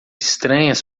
estranhas